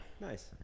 Nice